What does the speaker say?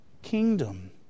kingdom